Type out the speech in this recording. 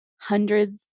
hundreds